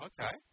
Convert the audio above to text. Okay